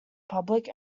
public